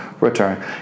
return